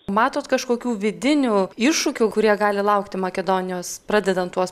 matot kažkokių vidinių iššūkių kurie gali laukti makedonijos pradedant tuos